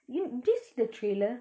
you did you see the trailer